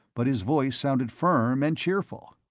but his voice sounded firm and cheerful.